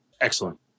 Excellent